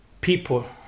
people